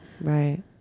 right